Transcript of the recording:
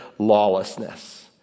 lawlessness